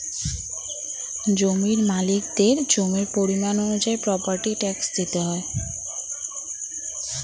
জমির মালিকদের জমির পরিমাণ অনুযায়ী প্রপার্টি ট্যাক্স দিতে হয়